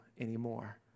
anymore